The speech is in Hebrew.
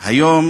היום